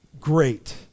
great